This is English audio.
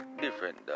different